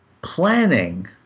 planning